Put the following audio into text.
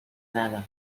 nada